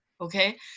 okay